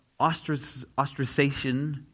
ostracization